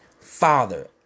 father